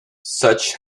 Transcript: such